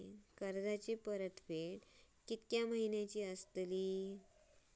कर्जाची परतफेड कीती महिन्याची असतली?